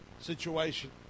situation